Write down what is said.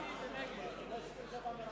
41 בעד, 60 נגד ונמנע